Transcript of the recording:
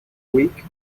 week